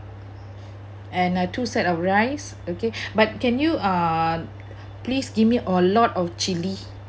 and uh two set of rice okay but can you uh please give me a lot of chili